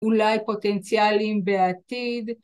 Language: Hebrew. ‫אולי פוטנציאלים בעתיד.